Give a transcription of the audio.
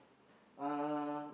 uh